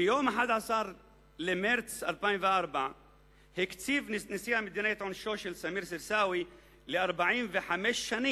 ביום 11 במרס 2004 קצב נשיא המדינה את עונשו של סמיר סרסאוי ל-45 שנים.